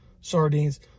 sardines